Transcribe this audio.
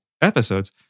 episodes